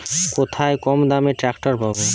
কোথায় কমদামে ট্রাকটার পাব?